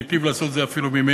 והוא ייטיב לעשות את זה אפילו ממני,